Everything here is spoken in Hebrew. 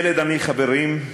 ילד עני, חברים,